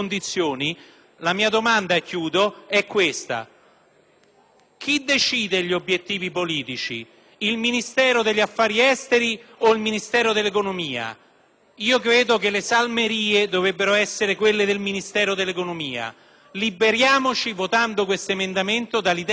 chi decide gli obiettivi politici, il Ministero degli affari esteri o il Ministero dell'economia? Credo che le salmerie dovrebbero essere quelle del Ministero dell'economia. Liberiamoci, votando questo emendamento, dall'idea che la politica debba seguire l'economia.